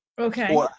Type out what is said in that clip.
Okay